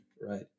right